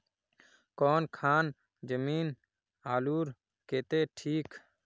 कौन खान जमीन आलूर केते ठिक?